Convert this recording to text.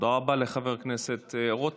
תודה רבה לחבר הכנסת רוטמן.